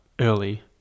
early